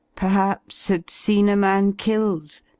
perhaps had seen a man killed,